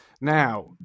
Now